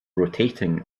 rotating